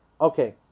Okay